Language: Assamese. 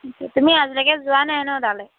ঠিক আছে তুমি আজিলৈকে যোৱা নাই ন তালৈ